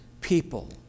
people